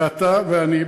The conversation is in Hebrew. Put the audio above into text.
ואתה ואני,